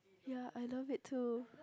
ya I love it too